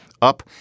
up